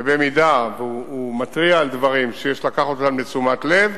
ואם הוא מתריע על דברים שיש לקחת אותם לתשומת לב,